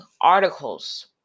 articles